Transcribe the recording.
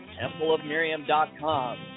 templeofmiriam.com